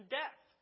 death